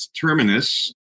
Terminus